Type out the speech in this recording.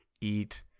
eat